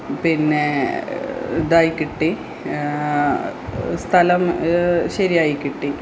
പിന്നെ ഇതായിക്കിട്ടി സ്ഥലം ശരിയായിക്കിട്ടി